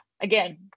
Again